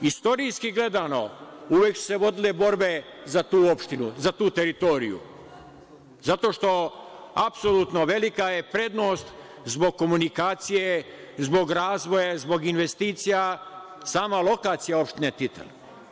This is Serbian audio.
Istorijski gledano, uvek su se vodile borbe za tu opštinu, za tu teritoriju, zato što apsolutno velika je prednost zbog komunikacije, zbog razvoja, zbog investicija sama lokacija opštine Titel.